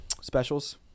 specials